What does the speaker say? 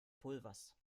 pulvers